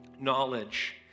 knowledge